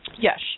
Yes